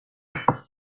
aide